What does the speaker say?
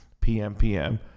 PMPM